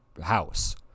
house